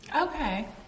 Okay